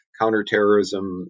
counterterrorism